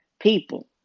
people